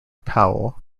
powell